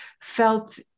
felt